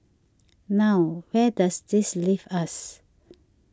now where does this leave us